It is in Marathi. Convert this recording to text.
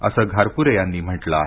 असं घारपुरे यांनी म्हटलं आहे